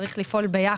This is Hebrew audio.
צריך לפעול ביחד.